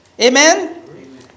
Amen